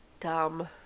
Dumb